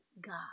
God